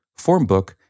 Formbook